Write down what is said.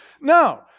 No